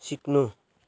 सिक्नु